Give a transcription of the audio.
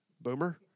boomer